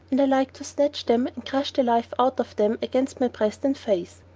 and i like to snatch them and crush the life out of them against my breast and face.